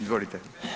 Izvolite.